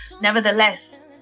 nevertheless